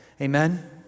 Amen